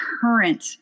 current